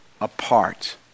apart